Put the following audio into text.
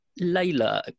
Layla